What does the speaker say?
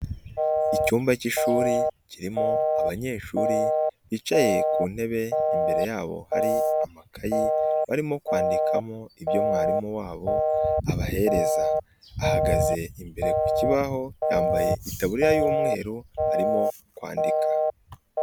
Icyumba cy'ishuri kirimo abanyeshuri bicaye ku ntebe imbere yabo hari amakayi barimo kwandikamo ibyo mwarimu wabo abahereza, ahagaze imbere ku kibaho yambaye itaburiya y'umweru arimo kwandika.